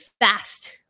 fast